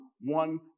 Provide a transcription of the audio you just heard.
one